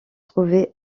trouvait